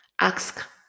Ask